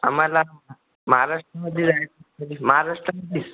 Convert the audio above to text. आम्हाला महाराष्ट्रामध्ये जाय महाराष्ट्र